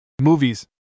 movies